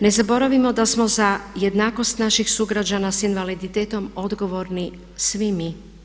Ne zaboravimo da smo za jednakost naših sugrađana s invaliditetom odgovorni svi mi.